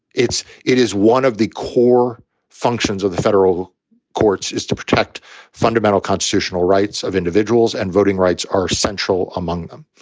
it's it is one of the core functions of the federal courts is to protect fundamental constitutional rights of individuals. and voting rights are central among them.